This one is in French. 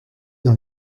dans